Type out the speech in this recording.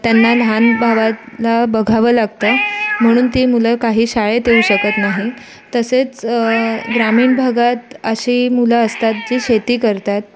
त्यांना लहान भावाला बघावं लागतं म्हणून ती मुलं काही शाळेत येऊ शकत नाहीत तसेच ग्रामीण भागात अशी मुलं असतात जी शेती करतात